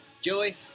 Joey